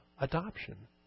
adoption